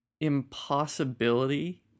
impossibility